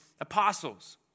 apostles